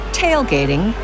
tailgating